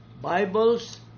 Bibles